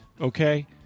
okay